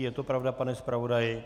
Je to pravda, pane zpravodaji?